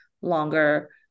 longer